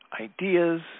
Ideas